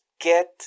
get